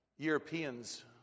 europeans